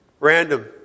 Random